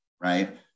right